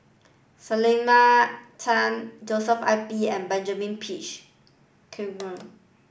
Selena Tan Joshua I P and Benjamin Peach